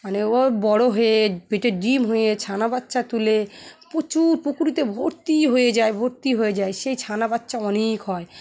মানে ও বড়ো হয়ে পেটে ডিম হয়ে ছানা বাচ্চা তুলে প্রচুর পুকুরেতে ভর্তি হয়ে যায় ভর্তি হয়ে যায় সেই ছানা বাচ্চা অনেক হয়